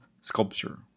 sculpture